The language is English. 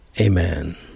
Amen